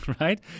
right